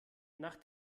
nach